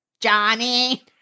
Johnny